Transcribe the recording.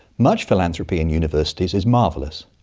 much philanthropy in universities is marvellous.